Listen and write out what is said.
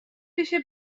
بشه